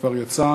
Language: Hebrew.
שכבר יצא.